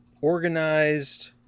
organized